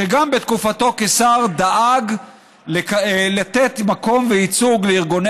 שבתקופתו כשר דאג לתת מקום וייצוג לארגוני